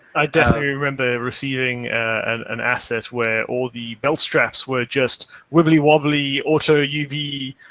i definitely remember receiving an asset where all the belt straps were just wibbly-wobbly auto uv.